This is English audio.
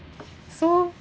so